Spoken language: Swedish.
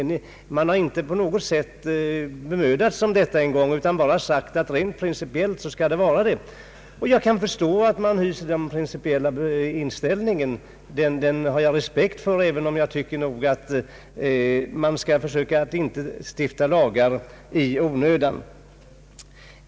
Reservanternas förespråkare har inte på något sätt bemödat sig att ge några skäl utan bara sagt att det rent principiellt borde vara så. Jag kan förstå att man hyser den principiella inställningen, och jag har respekt för det, även om jag anser att man inte onödigtvis bör stifta lagar.